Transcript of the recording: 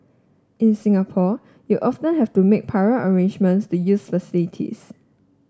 in Singapore you often have to make prior arrangements to use facilities